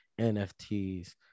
NFTs